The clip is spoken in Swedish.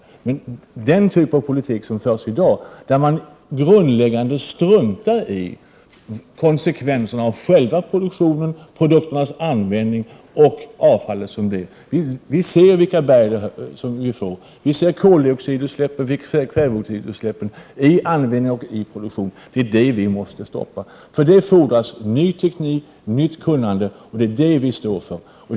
Med den typ av politik som förs i dag struntar man i konsekvenserna av själva produktionen, produkternas användning och det avfall som blir kvar. Vi ser vilka avfallsberg det blir. Vi ser följderna av koldioxidutsläppen och kväveoxidutsläppen. Detta måste stoppas. För det fordras ny teknik, nytt kunnande. Och det är det vi står för.